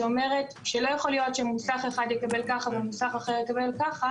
שאומרת שלא יכול להיות שמוסך אחד יקבל ככה ומוסך אחר יקבל ככה,